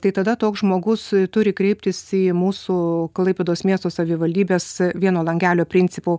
tai tada toks žmogus turi kreiptis į mūsų klaipėdos miesto savivaldybės vieno langelio principu